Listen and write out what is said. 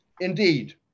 Indeed